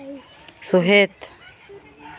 ᱥᱚᱦᱮᱫ